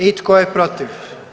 I tko je protiv?